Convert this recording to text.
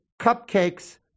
cupcakes